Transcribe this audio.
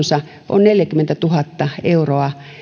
on neljäkymmentätuhatta euroa